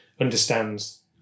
understands